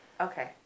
Okay